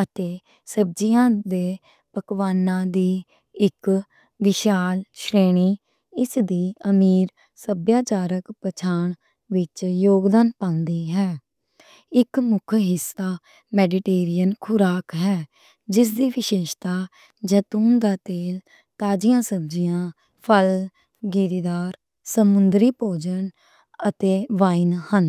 اتے سبزیاں دے پکواناں دی اک وڈّی قطار اس دی امیر سبھیاچارک پہچان وچ یوگدان پاندی ہے۔ ایہہ اک مُکھی حصہ میڈیٹرینین کھوراک ہے، جس دی خاصیت زیتون دا تیل، تازیاں سبزیاں، پھل، گندم، سمندری کھورا تے وائن ہن۔